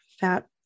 fat